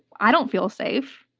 i don't feel safe.